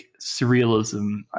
surrealism